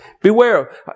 Beware